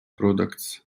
products